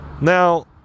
Now